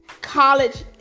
college